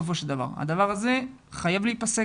הדבר הזה חייב להפסק.